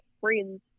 friends